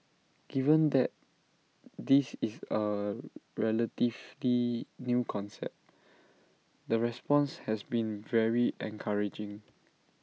given that this is A relatively new concept the response has been very encouraging